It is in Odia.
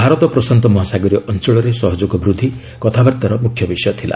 ଭାରତ ପ୍ରଶାନ୍ତ ମହାସାଗରୀୟ ଅଞ୍ଚଳରେ ସହଯୋଗ ବୃଦ୍ଧି କଥାବାର୍ତ୍ତାର ମୁଖ୍ୟ ବିଷୟ ଥିଲା